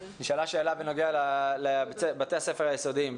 שָׁאֲלה שְׁאלה בנוגע לבתי הספר היסודיים,